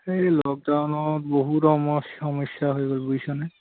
এই লকডাউনত বহুত সমস্যা সমস্যা হৈ গ'ল বুজিছনে